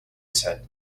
said